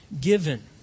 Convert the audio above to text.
given